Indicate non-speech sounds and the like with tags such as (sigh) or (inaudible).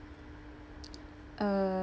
(noise) uh